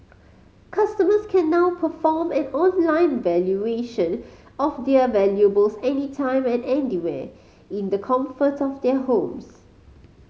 customers can now perform an online valuation of their valuables any time and anywhere in the comfort of their homes